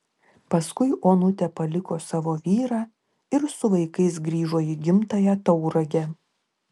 paskui onutė paliko savo vyrą ir su vaikais grįžo į gimtąją tauragę